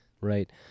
Right